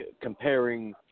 comparing